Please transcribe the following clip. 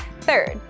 Third